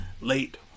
late